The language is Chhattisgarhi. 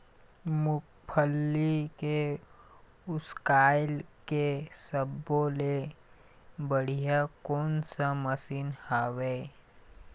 मूंगफली के उसकाय के सब्बो ले बढ़िया कोन सा मशीन हेवय?